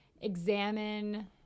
examine